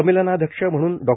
संमेलनाध्यक्ष म्हणून ॉ